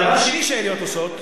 הדבר השני שהעיריות עושות,